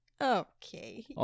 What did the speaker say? Okay